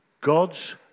God's